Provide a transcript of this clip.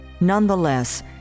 Nonetheless